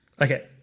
okay